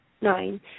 nine